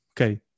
okay